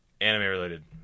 anime-related